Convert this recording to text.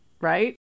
right